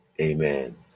Amen